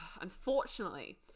unfortunately